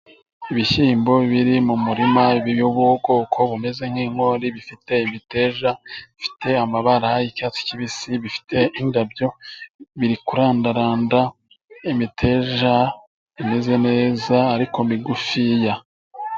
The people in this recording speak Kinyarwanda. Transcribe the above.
Ibishyimbo biri mu murima, by'ubwoko bumeze nk'inkori bifite ibiteja, bifite amabara y'icyatsi kibisi, bifite indabo biri kurandaranda, imiteja imeze neza, ariko migufiya.